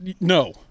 no